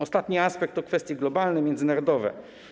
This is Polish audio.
Ostatni aspekt to kwestie globalne, międzynarodowe.